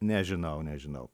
nežinau nežinau